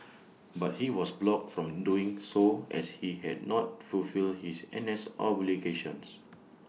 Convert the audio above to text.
but he was blocked from doing so as he had not fulfilled his N S obligations